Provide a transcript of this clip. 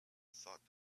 thought